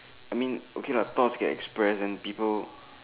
I mean okay lah thoughts get expressed then people